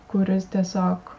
kuris tiesiog